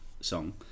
song